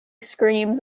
screams